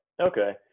okay